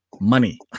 money